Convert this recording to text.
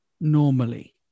normally